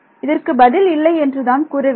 இதற்கு பதில் இல்லை என்று என்றுதான் சொல்ல வேண்டும்